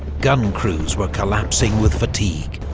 gun crews were collapsing with fatigue.